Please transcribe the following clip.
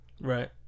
Right